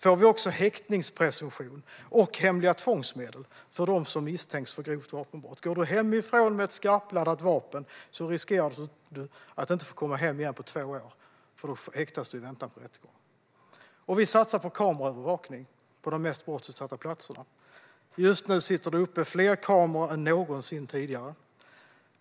Då blir det också häktningspresumtion och hemliga tvångsmedel för dem som misstänks för grovt vapenbrott. Om du går hemifrån med ett skarpladdat vapen riskerar du att inte få komma hem igen på två år, och du häktas i väntan på rättegång. Regeringen satsar på kameraövervakning på de mest brottsutsatta platserna. Just nu sätts fler kameror upp än någonsin tidigare.